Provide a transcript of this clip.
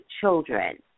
children